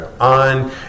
on